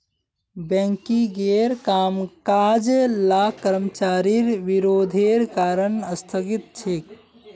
बैंकिंगेर कामकाज ला कर्मचारिर विरोधेर कारण स्थगित छेक